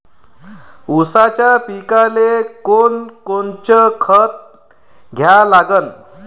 ऊसाच्या पिकाले कोनकोनचं खत द्या लागन?